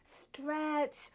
stretch